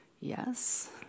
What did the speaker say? Yes